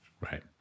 right